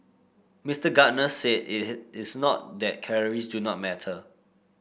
Mister Gardner said it is not that calories do not matter